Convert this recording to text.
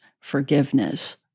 forgiveness